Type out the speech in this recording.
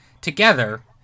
together